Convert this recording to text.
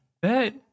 bet